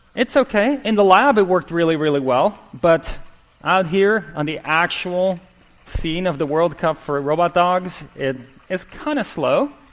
it's ok. in the lab, it worked really, really well. but out here on the actual scene of the world cup for robot dogs, it is kind of slow.